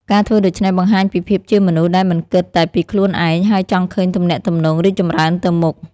ការធ្វើដូច្នេះបង្ហាញពីភាពជាមនុស្សដែលមិនគិតតែពីខ្លួនឯង ហើយចង់ឃើញទំនាក់ទំនងរីកចម្រើនទៅមុខ។